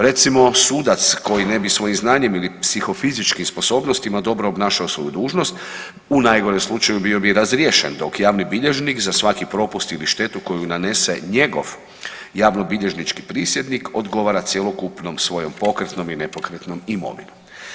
Recimo sudac koji ne bi svojim znanjem ili psihofizičkim sposobnostima dobro obnašao svoju dužnost u najgorem slučaju bio bi razriješen dok javni bilježnik za svaki propust ili štetu koju nanese njegov javnobilježnički prisjednik odgovora cjelokupnom svojom pokretnom i nepokretnom imovinom.